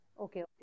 okay